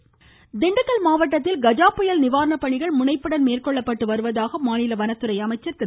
கஜா திண்டுக்கல் திண்டுக்கல் மாவட்டத்தில் கஜா புயல் நிவாரண பணிகள் முனைப்புடன் மேற்கொள்ளப்பட்டு வருவதாக மாநில வனத்துறை அமைச்சர் திரு